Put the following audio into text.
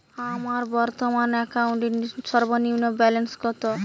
আমার বর্তমান অ্যাকাউন্টের সর্বনিম্ন ব্যালেন্স কত?